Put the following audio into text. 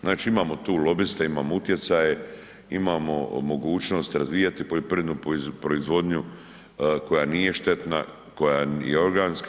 Znači, imamo tu lobiste, imamo utjecaje, imamo mogućnosti razvijati poljoprivrednu proizvodnju koja nije štetna, koja je organska.